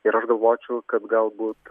ir aš galvočiau kad galbūt